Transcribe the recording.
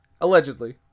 Allegedly